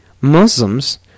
Muslims